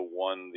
won